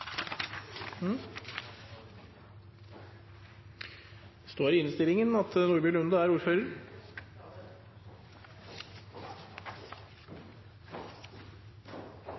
står i innstillingen at Heidi Nordby Lunde er ordfører.